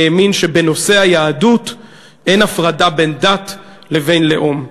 הוא האמין שבנושא היהדות אין הפרדה בין דת לבין לאום.